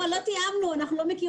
לא תיאמנו, אנחנו לא מכירות.